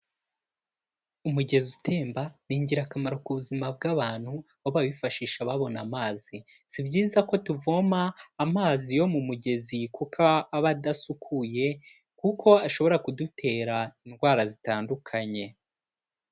Umugezi utemba ni ingirakamaro ku buzima bw'abantu aho bawifashisha babona amazi. Si byiza ko tuvoma amazi yo mu mugezi kuko aba adasukuye, kuko ashobora kudutera indwara zitandukanye.